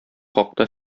хакта